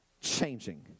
changing